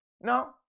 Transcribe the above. No